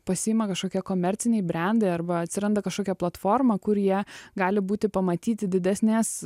pasiima kažkokie komerciniai brendai arba atsiranda kažkokia platforma kur jie gali būti pamatyti didesnės